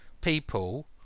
people